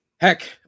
heck